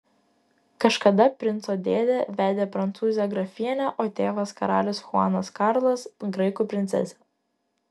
kažkada princo dėdė vedė prancūzę grafienę o tėvas karalius chuanas karlas graikų princesę